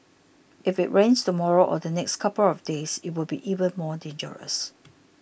if it rains tomorrow or the next couple of days it will be even more dangerous